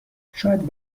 شاید